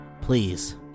please